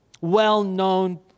well-known